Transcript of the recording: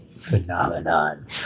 phenomenon